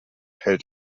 hält